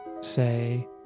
say